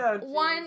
one